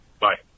Bye